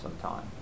sometime